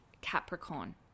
Capricorn